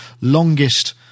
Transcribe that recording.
longest